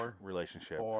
relationship